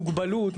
מוגבלות,